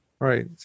Right